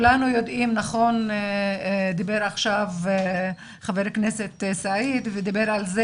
נכון דיבר עכשיו חבר הכנסת סעיד על זה